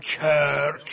church